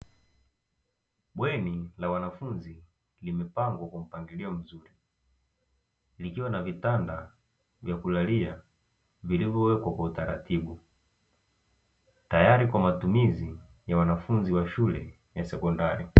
Bweni la wanafunzi limepangwa kwa mpangilio mzuri likiwa na vitanda vya kulalia, vilivyowekwa kwa utaratibu tayari kwa matumizi ya wanafunzi wa shule ya sekondari.